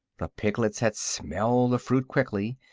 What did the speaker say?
the piglets had smelled the fruit quickly,